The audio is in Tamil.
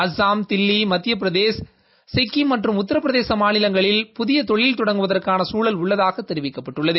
அஸ்ஸாம் தில்லி மத்திய பிரதேஷ் சிக்கிம் மற்றும் உத்திரபிரதேச மாநிலங்களில் புதிய தொழில் தொடங்குவதற்கான சூழல் உள்ளதாக தெரிவிக்கப்பட்டுள்ளது